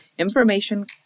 Information